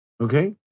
okay